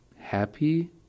happy